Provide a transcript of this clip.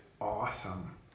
awesome